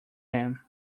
him